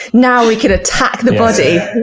now we can attack the body!